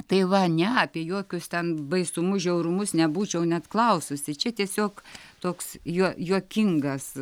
tai va ne apie jokius ten baisumus žiaurumus nebūčiau net klaususi čia tiesiog toks juo juokingas